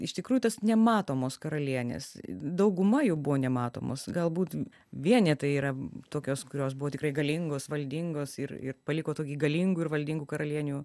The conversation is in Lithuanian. iš tikrųjų tos nematomos karalienės dauguma jų buvo nematomos galbūt vienetai yra tokios kurios buvo tikrai galingos valdingos ir ir paliko tokį galingų ir valdingų karalienių